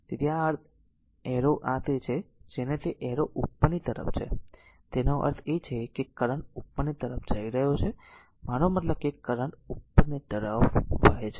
તેથી આ એરો આ તે છે જેને તે એરો ઉપરની તરફ છે તેનો અર્થ એ છે કે કરંટ ઉપર તરફ જઈ રહ્યો છે મારો મતલબ કે કરંટ ઉપરની તરફ વહે છે